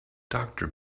doctor